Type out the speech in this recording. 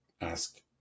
ask